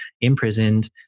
imprisoned